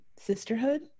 sisterhood